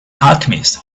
alchemist